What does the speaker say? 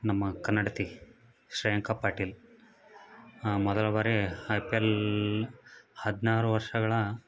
ನಮ್ಮ ಕನ್ನಡತಿ ಶ್ರೇಯಾಂಕ ಪಾಟೀಲ್ ಮೊದಲ ಬಾರಿ ಐ ಪಿ ಎಲ್ ಹದಿನಾರು ವರ್ಷಗಳ